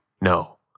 No